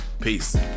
Peace